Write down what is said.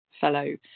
fellow